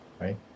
Right